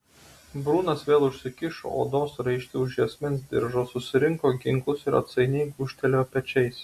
brunas vėl užsikišo odos raištį už juosmens diržo susirinko ginklus ir atsainiai gūžtelėjo pečiais